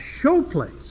showplace